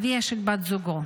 אביה של בת זוגו.